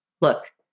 look